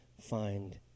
find